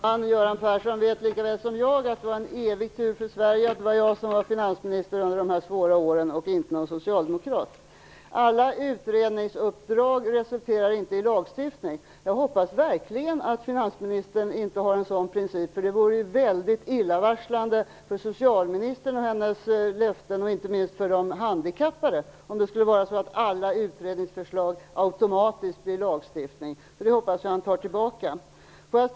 Herr talman! Göran Persson vet lika väl som jag att det var en evig tur för Sverige att det var jag och inte någon socialdemokrat som var finansminister under de här svåra åren. Det är inte så att alla utredningsuppdrag resulterar i lagstiftning. Jag hoppas verkligen att finansministern inte har en sådan princip. Det vore inte minst väldigt illavarslande med tanke på socialministerns löften beträffande de handikappade, om alla utredningsförslag automatiskt skulle bli lagstiftning. Jag hoppas att finansministern inte resonerar så.